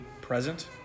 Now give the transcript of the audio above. present